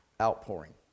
outpouring